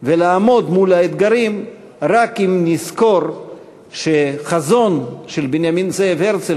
ולעמוד מול האתגרים רק אם נזכור שהחזון של בנימין זאב הרצל,